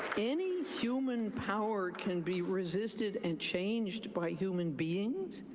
any human power can be resisted and changed by human beings.